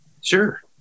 Sure